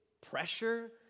pressure